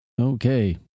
Okay